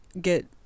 get